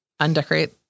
undecorate